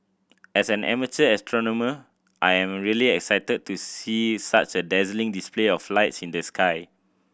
as an amateur astronomer I am really excited to see such a dazzling display of lights in the sky